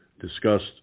discussed